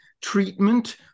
treatment